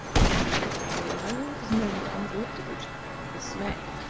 the jailer and his myrmidons looked at each other in dismay.